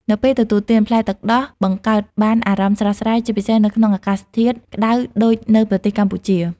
នៅពេលទទួលទាន ផ្លែទឹកដោះបង្កើតបានអារម្មណ៍ស្រស់ស្រាយ ជាពិសេសនៅក្នុងអាកាសធាតុក្តៅដូចនៅប្រទេសកម្ពុជា។